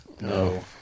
No